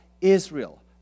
Israel